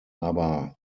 aber